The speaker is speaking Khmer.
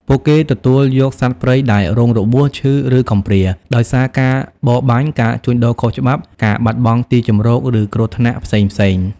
ពួកគេទទួលយកសត្វព្រៃដែលរងរបួស ឈឺ ឬកំព្រាដោយសារការបរបាញ់ ការជួញដូរខុសច្បាប់ ការបាត់បង់ទីជម្រក ឬគ្រោះថ្នាក់ផ្សេងៗ។